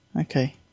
Okay